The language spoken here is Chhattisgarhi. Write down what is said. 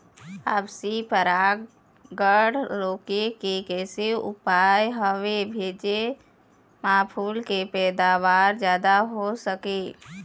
आपसी परागण रोके के कैसे उपाय हवे भेजे मा फूल के पैदावार जादा हों सके?